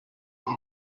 ibyo